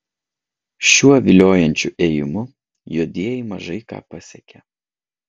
šiuo viliojančiu ėjimu juodieji mažai ką pasiekia